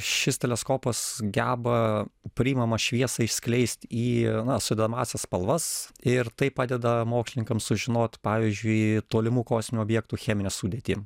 šis teleskopas geba priimamą šviesą išskleist į na sudedamąsias spalvas ir tai padeda mokslininkam sužinot pavyzdžiui tolimų kosminių objektų cheminę sudėtį